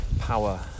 power